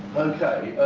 ok.